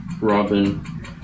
Robin